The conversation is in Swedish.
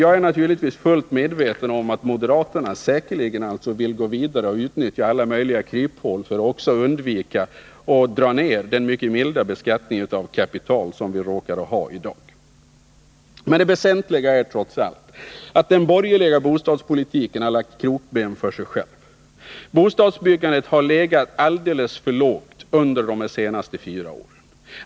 Jag är naturligtvis fullt medveten om att moderaterna vill gå vidare och utnyttja alla möjliga kryphål för att undvika eller dra ned den mycket milda beskattning av kapital som vi i dag råkar ha. Det väsentliga är trots allt att den borgerliga bostadspolitiken har satt 45 krokben för sig själv. Bostadsbyggandet har varit alldeles för lågt under de senaste fyra åren.